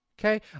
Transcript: Okay